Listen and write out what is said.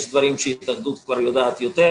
יש דברים שההתאחדות יודעת כבר יותר